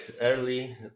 early